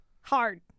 Hard